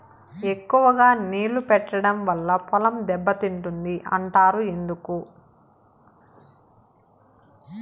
ఎక్కువగా నీళ్లు పెట్టడం వల్ల పొలం దెబ్బతింటుంది అంటారు ఎందుకు?